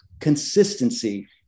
consistency